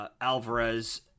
Alvarez